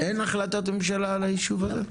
אין החלטת ממשלה על הישוב הזה?